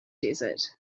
desert